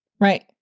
Right